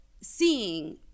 seeing